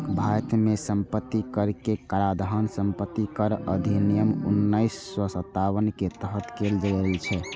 भारत मे संपत्ति कर के काराधान संपत्ति कर अधिनियम उन्नैस सय सत्तावन के तहत कैल गेल छै